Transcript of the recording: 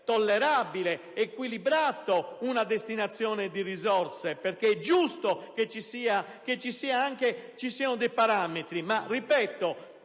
tollerabile ed equilibrata una destinazione di risorse, perché è giusto che ci siano dei parametri